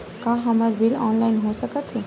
का हमर bill online हो सकत हे?